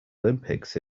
olympics